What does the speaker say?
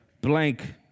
blank